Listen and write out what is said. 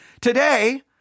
Today